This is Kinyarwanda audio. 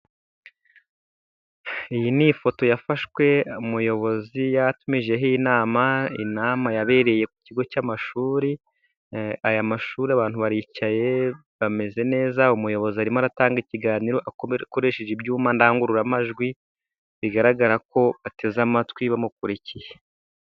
Iyi ni ifoto yafashwe umuyobozi yatumijeho inama, yabereye ku kigo cy'amashuri. Aya mashuri abantu baricaye bameze neza, umuyobozi arimo aratanga ikiganiro akoresheje ibyuma ndangururamajwi, bigaragara ko ateze amatwi bamukurikiye.